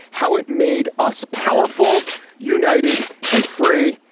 how it made us powerful united and free.